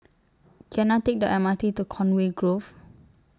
Can I Take The M R T to Conway Grove